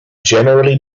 generally